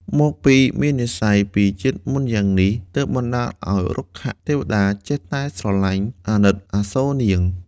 មកពីមាននិស្ស័យពីជាតិមុនយ៉ាងនេះ ទើបបណ្ដាលឱ្យ រុក្ខទេវតាចេះតែស្រលាញ់អាណិតអាសូរនាង។